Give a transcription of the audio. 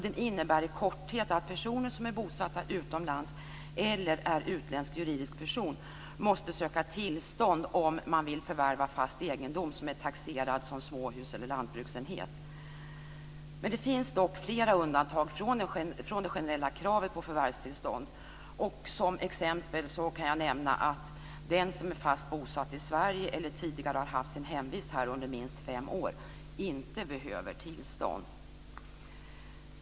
Den innebär i korthet att person som är bosatt utomlands eller är utländsk juridisk person måste söka tillstånd om man vill förvärva fast egendom som är taxerad som småhus eller lantbruksenhet. Det finns dock flera undantag från det generella kravet på förvärvstillstånd. Som exempel kan jag nämna att den som är fast bosatt i Sverige eller tidigare har haft sitt hemvist här under minst fem år inte behöver tillstånd.